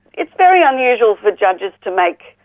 it's very unusual for judges to make,